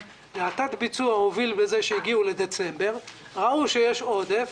תת-הביצוע הוביל לכך שהגיעו לדצמבר, ראו שיש עודף